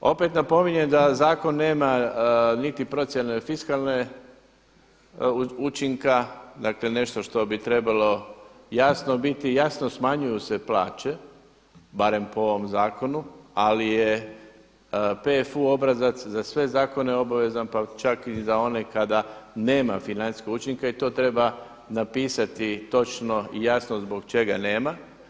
Opet napominjem da zakon nema niti procjene fiskalnog učinka, dakle nešto što bi trebalo jasno biti, jasno smanjuju se plaće barem po ovom zakonu ali je PFU obrazac za sve zakone obavezan pa čak i za one kada nema financijskog učinka i to treba napisati točno i jasno zbog čega nema.